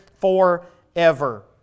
forever